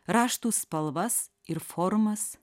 raštų spalvas ir formas